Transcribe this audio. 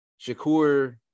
Shakur